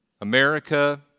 America